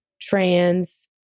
trans